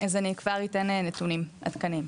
אז אני כבר אתן נתונים עדכניים,